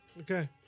Okay